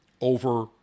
over